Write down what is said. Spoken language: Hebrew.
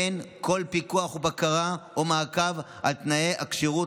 אין כל פיקוח ובקרה או מעקב על תנאי הכשירות